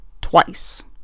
twice